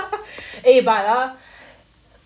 eh but ah